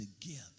together